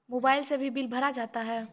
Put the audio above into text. Mobile से भी bill भरा जाता हैं?